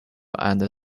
and